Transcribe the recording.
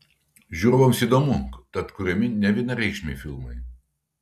žiūrovams įdomu tad kuriami nevienareikšmiai filmai